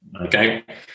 okay